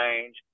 change